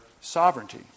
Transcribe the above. sovereignty